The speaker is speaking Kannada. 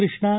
ಕೃಷ್ಣಾ